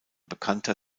bekannter